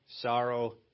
Sorrow